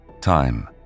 time